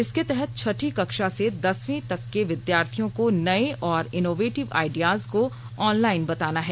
इसके तहत छठी कक्षा से दसवीं तक के विद्यार्थियों को नए और इनोवेटिव आइडियाज को ऑनलाइन बताना है